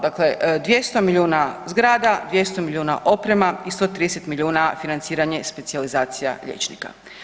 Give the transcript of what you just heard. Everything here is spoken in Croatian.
Dakle, 200 milijuna zgrada, 200 milijuna oprema i 130 milijuna financiranje specijalizacija liječnika.